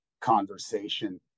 conversation